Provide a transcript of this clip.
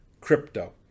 crypto